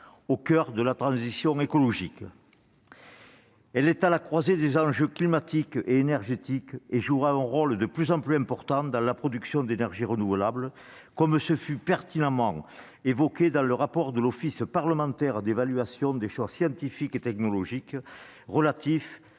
au coeur de la transition écologique. Elle est à la croisée des enjeux climatiques et énergétiques. Elle jouera un rôle de plus en plus important dans la production d'énergies renouvelables, comme l'a pertinemment souligné l'office parlementaire d'évaluation des choix scientifiques et technologiques dans